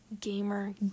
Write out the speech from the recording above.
gamer